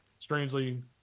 strangely